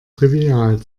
trivial